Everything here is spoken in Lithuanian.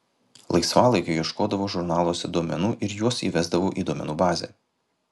laisvalaikiu ieškodavau žurnaluose duomenų ir juos įvesdavau į duomenų bazę